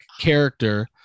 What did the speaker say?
character